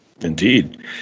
Indeed